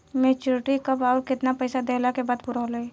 Maturity कब आउर केतना पईसा देहला के बाद पूरा होई?